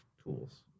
tools